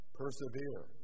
persevere